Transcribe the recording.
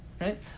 Right